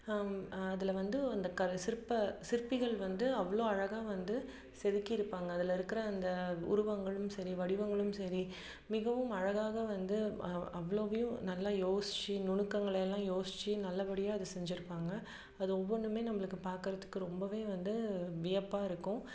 அதில் வந்து அந்த கற் சிற்ப சிற்பிகள் வந்து அவ்வளோ அழகாக வந்து செதுக்கியிருப்பாங்க அதில் இருக்கிற அந்த உருவங்களும் சரி வடிவங்களும் சரி மிகவும் அழகாக வந்து அவ்வளோவையும் நல்லா யோசிச்சு நுணுக்கங்களையெல்லாம் யோசிச்சு நல்லபடியாக அதை செஞ்சுருப்பாங்க அது ஒவ்வொன்றுமே நம்பளுக்கு பார்க்கறதுக்கு ரொம்பவே வந்து வியப்பாக இருக்கும்